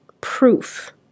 proof